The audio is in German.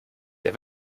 der